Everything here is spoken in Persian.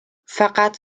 فقط